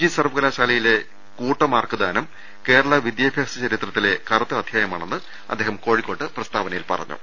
G സർവ്വകലാശാലയിലെ കൂട്ടമാർക്ക് ദാനം കേരള വിദ്യാഭ്യാസ ചരിത്രത്തിലെ കറുത്ത അധ്യായമാണെന്ന് അദ്ദേഹം കോഴിക്കോട്ട് പ്രസ്താവനയിൽ പറഞ്ഞു